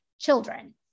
children